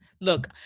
Look